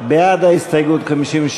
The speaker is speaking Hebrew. בעד ההסתייגות,